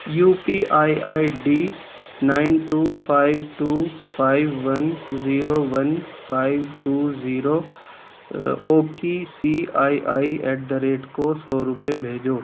you P I I D nine two five two five one zero one five two zero O K C I I at the rate کو سو روپئے بھیجو